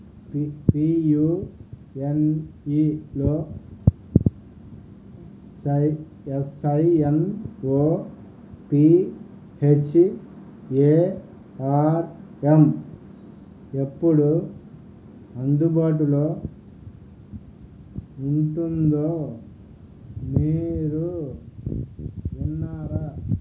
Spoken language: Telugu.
పీ యూ ఎన్ ఈలో S I N O P H A R M ఎప్పుడు అందుబాటులో ఉంటుందో మీరు విన్నారా